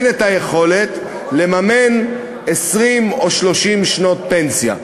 אין יכולת לממן 20 או 30 שנות פנסיה.